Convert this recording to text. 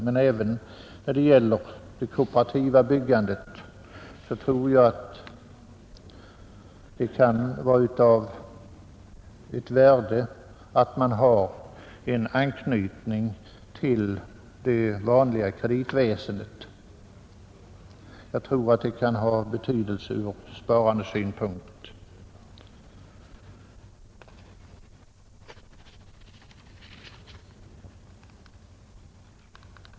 Men även när det gäller det kooperativa byggandet kan det vara av ett värde att man har en anknytning till det vanliga kreditväsendet. Jag tror det kan ha betydelse ur sparandesynpunkt.